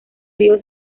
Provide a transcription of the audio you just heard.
río